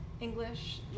English